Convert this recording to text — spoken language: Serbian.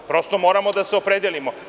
Prosto, moramo da se opredelimo.